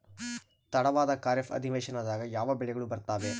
ತಡವಾದ ಖಾರೇಫ್ ಅಧಿವೇಶನದಾಗ ಯಾವ ಬೆಳೆಗಳು ಬರ್ತಾವೆ?